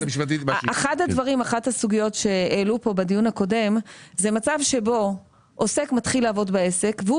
אחת הסוגיות שהעלו פה בדיון הקודם זה מצב שבו עוסק מתחיל לעבוד בעסק והוא